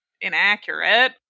inaccurate